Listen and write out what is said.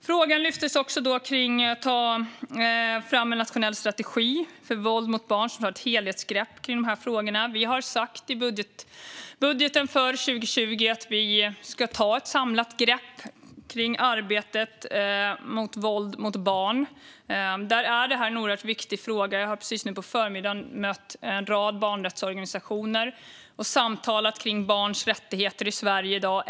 Frågan lyftes om att ta fram en nationell strategi om våld mot barn som tar ett helhetsgrepp om de här frågorna. Vi har sagt i budgeten för 2020 att vi ska ta ett samlat grepp kring arbetet mot våld mot barn. Där är detta en oerhört viktig fråga. Jag har nu på förmiddagen mött en rad barnrättsorganisationer och samtalat kring barns rättigheter i Sverige i dag.